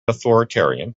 authoritarian